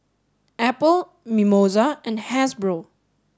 Apple Mimosa and Hasbro